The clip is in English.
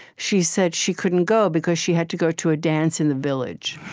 she said she couldn't go because she had to go to a dance in the village.